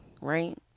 right